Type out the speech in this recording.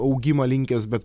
augimą linkęs be